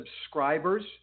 subscribers